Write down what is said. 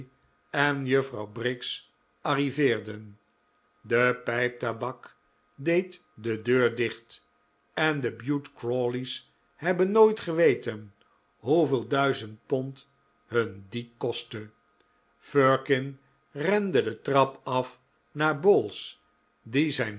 en juffrouw briggs arriveerden die pijp tabak deed de deur dicht en de bute crawleys hebben nooit geweten hoeveel duizend pond hun die kostte firkin rende de trap af naar bowls die zijn